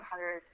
100%